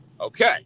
okay